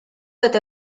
eta